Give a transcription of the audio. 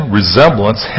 resemblance